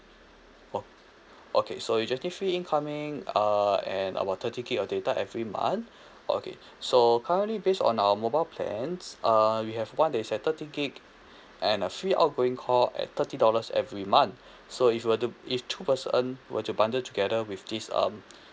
o~ okay so you just need free incoming err and about thirty gig of data every month okay so currently based on our mobile plans err we have one that is a thirty gig and a free outgoing call at thirty dollars every month so if you were to if two person were to bundle together with this um